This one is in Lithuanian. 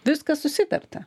viskas susitarta